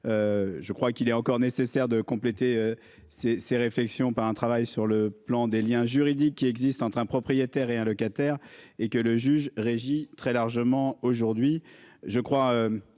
Je crois qu'il est encore nécessaire de compléter ses ces réflexions, par un travail sur le plan des Liens juridiques qui existe entre un propriétaire et un locataire et que le juge régie très largement aujourd'hui.